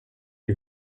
die